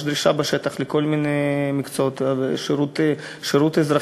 יש דרישה בשטח לכל מיני מקצועות של שירות אזרחי,